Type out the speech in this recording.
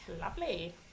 lovely